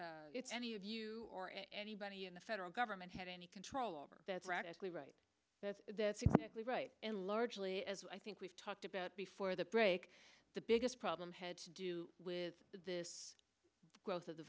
that any of you or anybody in the federal government had any control over that's radically right that's exactly right and largely as i think we've talked about before the break the biggest problem had to do with this growth of the